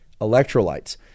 electrolytes